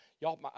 y'all